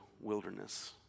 wilderness